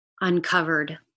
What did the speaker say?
uncovered